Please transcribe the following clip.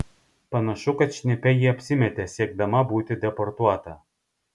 panašu kad šnipe ji apsimetė siekdama būti deportuota